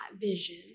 vision